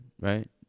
right